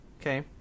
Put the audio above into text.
Okay